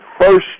first